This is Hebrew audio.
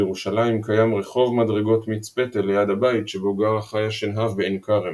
בירושלים קיים רחוב מדרגות מיץ פטל ליד הבית שבו גרה חיה שנהב בעין כרם.